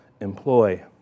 employ